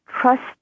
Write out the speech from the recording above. trust